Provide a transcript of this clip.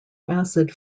acid